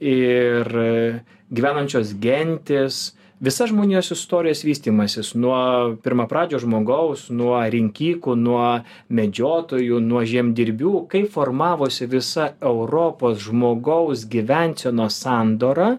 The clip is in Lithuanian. ir gyvenančios gentys visa žmonijos istorijos vystymasis nuo pirmapradžio žmogaus nuo rinkikų nuo medžiotojų nuo žemdirbių kaip formavosi visa europos žmogaus gyvensenos sandora